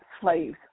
slaves